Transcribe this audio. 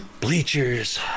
Bleachers